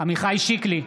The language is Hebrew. עמיחי שיקלי,